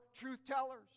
truth-tellers